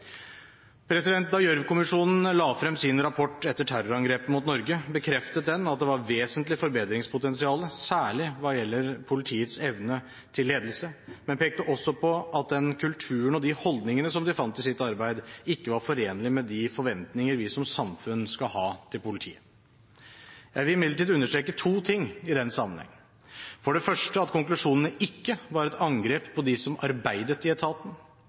Da Gjørv-kommisjonen la frem sin rapport etter terrorangrepet mot Norge, bekreftet den at det var et vesentlig forbedringspotensial, særlig hva gjelder politiets evne til ledelse, men pekte også på at den kulturen og de holdningene som de fant i sitt arbeid, ikke var forenlig med de forventninger vi som samfunn skal ha til politiet. Jeg vil imidlertid understreke to ting i den sammenheng, for det første at konklusjonene ikke var et angrep på dem som arbeidet i etaten,